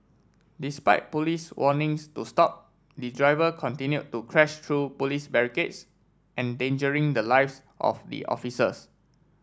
despite Police warnings to stop the driver continued to crash through Police barricades endangering the lives of the officers